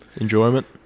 enjoyment